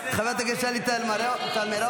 חברת הכנסת שלי טל מירון,